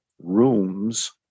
rooms